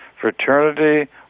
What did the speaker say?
fraternity